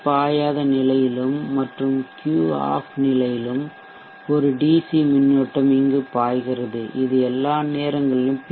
பாயாத நிலையிலும் மற்றும் Q off நிலையிலும் ஒரு டிசி மின்னோட்டம் இங்கு பாய்கிறது இது எல்லா நேரங்களிலும் பி